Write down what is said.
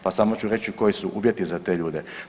Pa samo ću reći koji su uvjeti za te ljude.